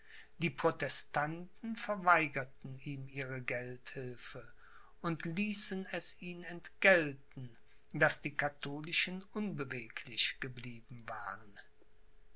die protestanten verweigerten ihm ihre geldhilfe und ließen es ihn entgelten daß die katholischen unbeweglich geblieben waren